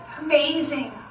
amazing